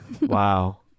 Wow